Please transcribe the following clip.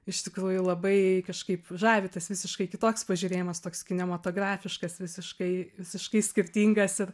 iš tikrųjų labai kažkaip žavi tas visiškai kitoks pažiūrėjimas toks kinematografiškas visiškai visiškai skirtingas ir